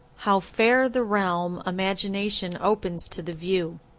how fair the realm imagination opens to the view,